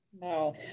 No